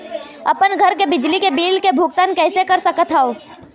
अपन घर के बिजली के बिल के भुगतान कैसे कर सकत हव?